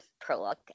prologue